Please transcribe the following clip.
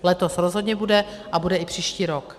Letos rozhodně bude a bude i příští rok.